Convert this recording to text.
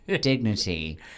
dignity